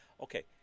Okay